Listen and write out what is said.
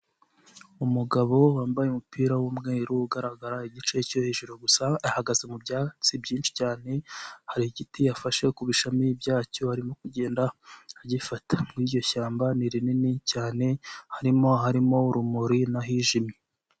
Umugabo wambaye umupira w'umweru ugaragara igice cyo hejuru gusa ahagaze mu byatsi byinshi cyane, hari igiti yafashe ku bishami byacyo arimo kugenda agifata muri iryo shyamba ni rinini cyane harimo aharimo urumuri n'ahijimye.